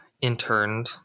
interned